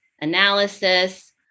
analysis